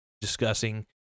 discussing